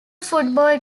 football